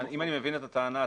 מבין את הטענה,